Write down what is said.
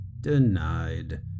Denied